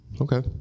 Okay